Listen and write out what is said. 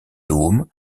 dôme